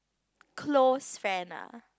close friend ah